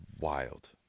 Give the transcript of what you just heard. wild